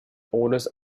orders